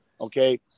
okay